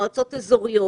מועצות אזוריות